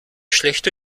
schlechte